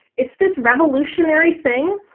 it's this revolutionary thing,